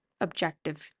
objective